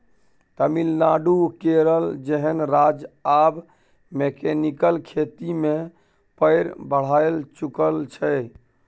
तमिलनाडु, केरल जेहन राज्य आब मैकेनिकल खेती मे पैर बढ़ाए चुकल छै